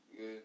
Good